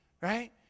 Right